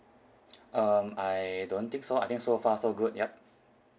um I don't think so I think so far so good yup